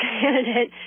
candidate